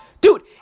Dude